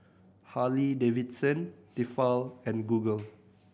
Harley Davidson Tefal and Google